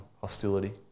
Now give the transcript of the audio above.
hostility